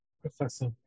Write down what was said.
Professor